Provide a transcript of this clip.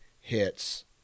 hits